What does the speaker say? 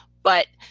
but,